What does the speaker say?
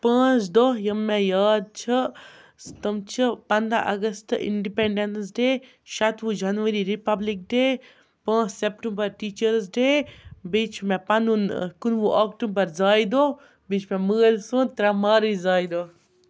پانٛژھ دۄہ یِم مےٚ یاد چھِ تِم چھِ پنٛداہ اگست اِنڈِپٮ۪نٛڈٮ۪نٕس ڈے شَتوُہ جَنؤری رِپَبلِک ڈے پانٛژھ سٮ۪پٹَمبر ٹیٖچٲرٕز ڈے بیٚیہِ چھِ مےٚ پَنُن کُنوُہ اکٹوٗبر زایہِ دۄہ بیٚیہِ چھِ مےٚ مٲلۍ سُنٛد ترٛےٚ مارٕچ زایہِ دۄہ